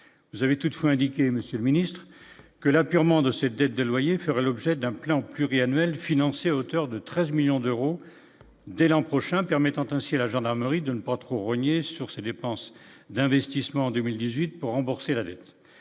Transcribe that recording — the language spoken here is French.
vous avez toutefois indiqué, Monsieur le Ministre, que l'apurement de ses dettes de loyer, fera l'objet d'un plan pluriannuel financé à hauteur de 13 millions d'euros dès l'an prochain, permettant ainsi à la gendarmerie de ne pas trop rogner sur ses dépenses d'investissement 2018 pour rembourser la dette,